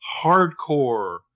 hardcore